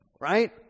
Right